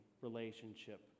relationship